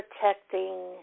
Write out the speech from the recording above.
protecting